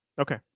Okay